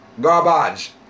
garbage